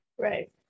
Right